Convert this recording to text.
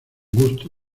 gusto